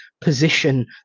position